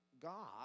God